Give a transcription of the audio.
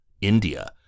India